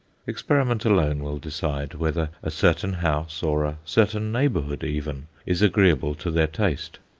experiment alone will decide whether a certain house, or a certain neighbourhood even, is agreeable to their taste.